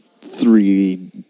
three